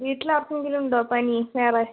വീട്ടിൽ ആർക്കെങ്കിലും ഉണ്ടോ പനി വേറെ